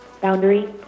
Boundary